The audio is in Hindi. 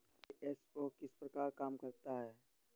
आई.एस.ओ किस प्रकार काम करता है